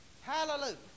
hallelujah